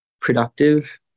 productive